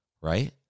Right